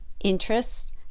interests